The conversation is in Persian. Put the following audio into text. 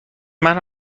منو